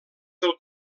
del